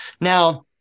Now